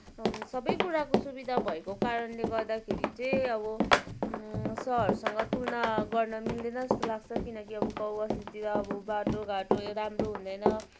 सबै कुराको सुविधा भएको कारणले गर्दाखेरि चाहिँ अब सहरसँग तुलना गर्न मिल्दैन जस्तो लाग्छ किनकि अब गाउँ बस्तीतिर अब बाटोघाटो राम्रो हुँदैन